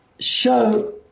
show